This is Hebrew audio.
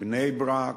בני-ברק,